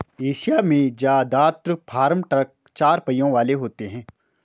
Asia में जदात्र farm truck चार पहियों वाले होते हैं